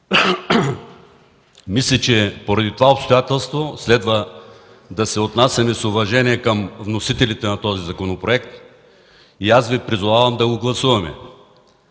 Мисля, че поради това обстоятелство следва да се отнасяме с уважение към вносителите на този законопроект и Ви призовавам да го гласуваме.